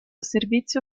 servizio